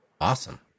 Awesome